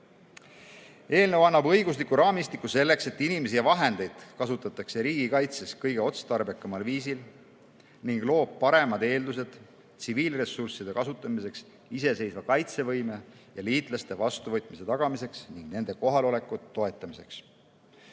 Eelnõu annab õigusliku raamistiku selleks, et inimesi ja vahendeid kasutatakse riigikaitses kõige otstarbekamal viisil, ning loob paremad eeldused tsiviilressursside kasutamiseks iseseisva kaitsevõime ja liitlaste vastuvõtmise tagamiseks ning nende kohaloleku toetamiseks. Meie